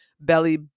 belly